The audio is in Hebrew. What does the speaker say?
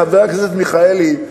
חבר הכנסת מיכאלי,